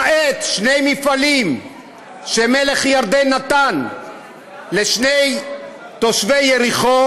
למעט שני מפעלים שמלך ירדן נתן לשני תושבי יריחו,